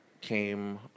came